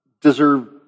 deserve